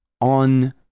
on